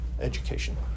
Education